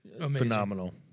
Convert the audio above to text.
Phenomenal